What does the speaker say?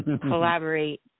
collaborate